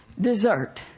dessert